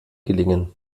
gelingen